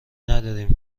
نداریم